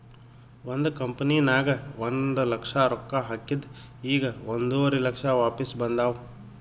ಒಂದ್ ಕಂಪನಿನಾಗ್ ಒಂದ್ ಲಕ್ಷ ರೊಕ್ಕಾ ಹಾಕಿದ್ ಈಗ್ ಒಂದುವರಿ ಲಕ್ಷ ವಾಪಿಸ್ ಬಂದಾವ್